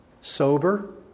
sober